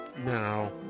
Now